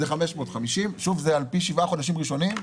זה 550, וזו הערכה על פי שבעה חודשים ראשונים.